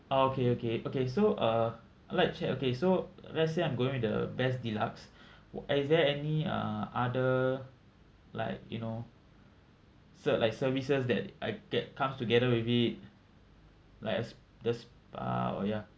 oh okay okay okay so uh I'd like to check okay so let's say I'm going with the best deluxe w~ is there any uh other like you know se~ like services that I get comes together with it like a s~ the spa or ya